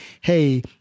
hey